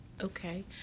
okay